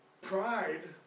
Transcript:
Pride